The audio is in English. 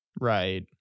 Right